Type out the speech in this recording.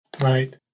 Right